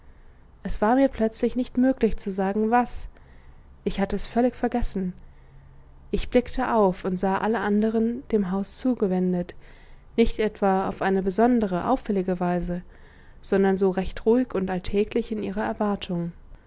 es war mir plötzlich nicht möglich zu sagen was ich hatte es völlig vergessen ich blickte auf und sah alle andern dem hause zugewendet nicht etwa auf eine besondere auffällige weise sondern so recht ruhig und alltäglich in ihrer erwartung